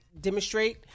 demonstrate